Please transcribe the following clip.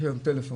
יש היום טלפון,